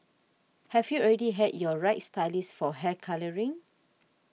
have you already had your right stylist for hair colouring